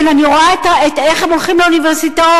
אני רואה איך הם הולכים לאוניברסיטאות,